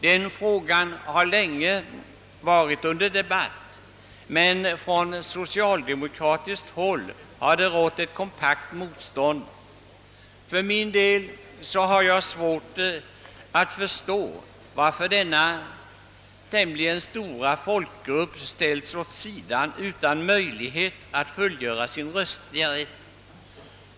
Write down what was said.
Den frågan har länge varit under debatt, men på socialdemokratiskt håll har det rått ett kompakt motstånd mot tanken att ge utlandssvenskarna rösträtt. För min del har jag svårt att förstå varför denna tämligen stora folkgrupp ställts åt sidan utan möjlighet att utöva sin medborgerliga rätt.